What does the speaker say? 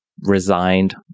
resigned